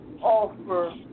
offer